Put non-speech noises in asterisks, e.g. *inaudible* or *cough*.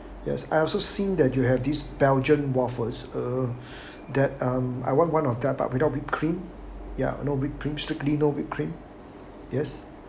yes I also seen that you have these belgian waffles uh *breath* that I'm I want one of that but without whip cream ya no whip cream strictly no whip cream yes